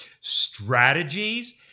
strategies